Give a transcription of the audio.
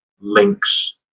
links